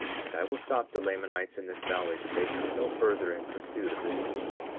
and i will stop the lamanites in this valley that they come no further in pursuit of this people.